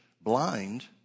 blind